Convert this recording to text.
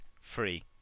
free